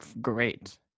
great